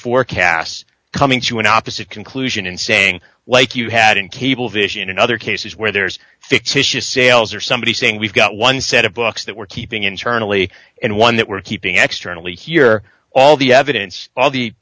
forecasts coming to an opposite conclusion and saying why q hadn't cablevision in other cases where there's fictitious sales or somebody saying we've got one set of books that we're keeping internally and one that we're keeping an externally here all the evidence all the